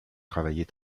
travailler